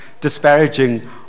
disparaging